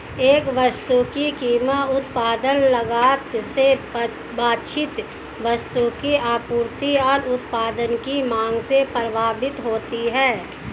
एक वस्तु की कीमत उत्पादन लागत से वांछित वस्तु की आपूर्ति और उत्पाद की मांग से प्रभावित होती है